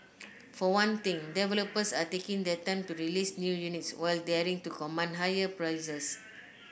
for one thing developers are taking their time to release new units while daring to command higher prices